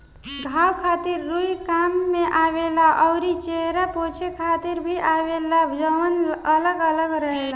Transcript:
घाव खातिर रुई काम में आवेला अउरी चेहरा पोछे खातिर भी आवेला जवन अलग अलग रहेला